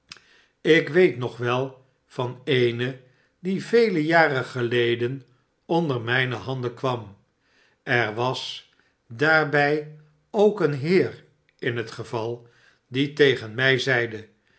ik weet nog wel van eene die vele jaren geleden onder mijne handen kwam er was daarbij ook een heer m het geval die tegen mij zeide